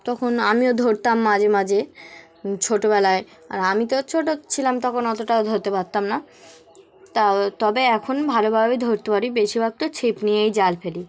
তখন আমিও ধরতাম মাঝে মাঝে ছোটোবেলায় আর আমি তো ছোটো ছিলাম তখন অতটাও ধরতে পারতাম না তা তবে এখন ভালোভাবেই ধরতে পারি বেশিরভাগ তো ছিপ নিয়েই জাল ফেলি